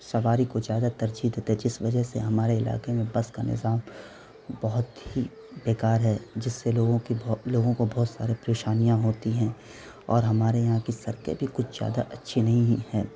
سواری کو زیادہ ترجیح دیتے ہیں جس وجہ سے ہمارے علاقے میں بس کا نظام بہت ہی بیکار ہے جس سے لوگوں کی لوگوں کو بہت سارے پریشانیاں ہوتی ہیں اور ہمارے یہاں کی سڑکیں بھی کچھ زیادہ اچھی نہیں ہیں